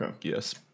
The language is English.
yes